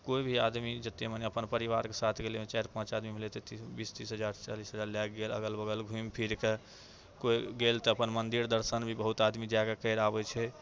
कोइ भी आदमी जेतै मने अपन परिवारके साथ गेलै ओहिमे चारि पाँच आदमी गेलै तऽ बीस तीस हजार चालीस हजार लएके गेल अगल बगल घुमि फिरके कोइ गेल तऽ अपन मन्दिर दर्शन भी बहुत आदमी जाकऽ करि आबै छै